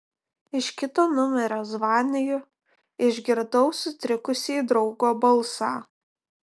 iš kito numerio zvaniju išgirdau sutrikusį draugo balsą